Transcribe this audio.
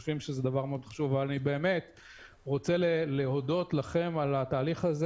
אני רוצה להודות לכם על התהליך הזה.